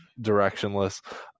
directionless